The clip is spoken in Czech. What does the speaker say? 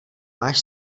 máš